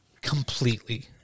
completely